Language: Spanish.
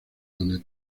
donde